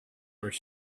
were